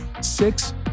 six